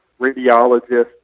radiologists